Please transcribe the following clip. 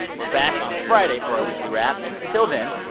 we're back on friday for our weekly wrap. until then,